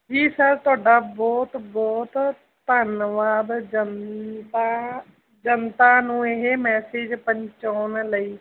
ਜੀ ਸਰ ਤੁਹਾਡਾ ਬਹੁਤ ਬਹੁਤ ਧੰਨਵਾਦ ਜਨਤਾ ਜਨਤਾ ਨੂੰ ਇਹ ਮੈਸੇਜ ਪਹੁੰਚਾਉਣ ਲਈ